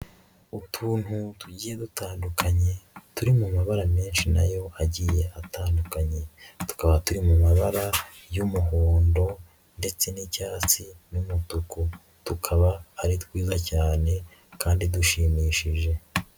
Utuntu tugiye dutandukanye turi mu mabara menshi nayo agiye atandukanye, tukaba turi mu mabara y'umuhondo ndetse n'icyatsi n'umutuku. Tukaba ari twiza cyane kandi dushimishije.